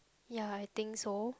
ya I think so